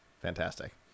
fantastic